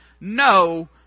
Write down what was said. no